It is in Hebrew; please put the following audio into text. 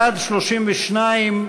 בעד, 32,